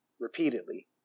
repeatedly